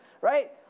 right